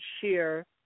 share